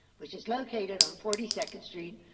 which is located on forty second street,